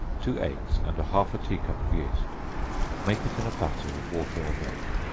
two eggs and half a tea-cup of yeast make it in a batter with water or milk,